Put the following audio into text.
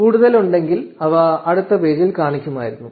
കൂടുതൽ ഉണ്ടെങ്കിൽ അവ അടുത്ത പേജിൽ കാണിക്കുമായിരുന്നു